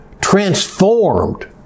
transformed